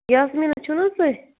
یاسمیٖنہ چھُو نہٕ حظ تُہۍ